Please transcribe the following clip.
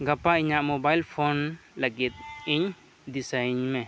ᱜᱟᱯᱟ ᱤᱧᱟᱹᱜ mobile phone ᱞᱟᱹᱜᱤᱫ ᱤᱧ ᱫᱤᱥᱟᱹᱧ ᱢᱮ